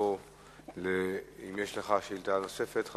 שאלה נוספת?